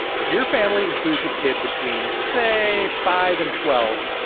if your family includes a kid between, say, five and twelve,